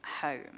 home